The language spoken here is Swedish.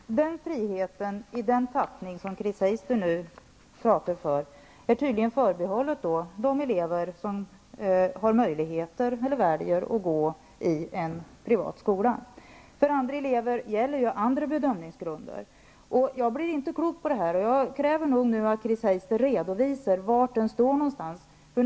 Herr talman! Friheten, i den tappning som Chris Heister nu pratar för, är tydligen förbehållen de elever som har möjligheter eller väljer att gå i en privat skola. För andra elever gäller ju andra bedömningsgrunder. Jag blir inte klok på det här, och jag kräver nu att Chris Heister redovisar var hon står.